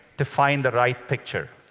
to find the right picture.